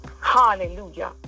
Hallelujah